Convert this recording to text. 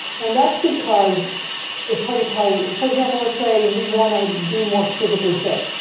and that's because it's hard to tell for example, let's say you want to be more physically fit.